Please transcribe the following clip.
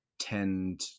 tend